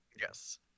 Yes